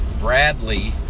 Bradley